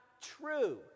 true